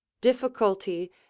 Difficulty